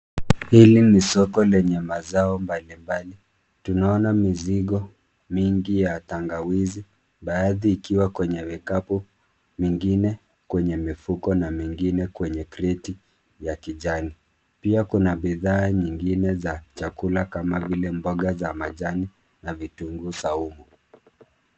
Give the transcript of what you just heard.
Hili ni soko lenye mazao mbalimbali. Tunaona mizigo mingi ya tangawizi, baadhi ikiwa kwenye vikapu, mingine kwenye mifuko, na mingine kwenye kreti ya kijani. Pia kuna bidhaa nyingine za chakula kama vile mboga za majani na vitunguu saumu.